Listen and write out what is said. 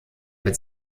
mit